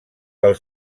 pel